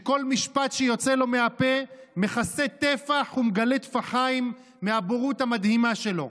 וכל משפט שיוצא לו מהפה מכסה טפח ומגלה טפחיים מהבורות המדהימה שלו.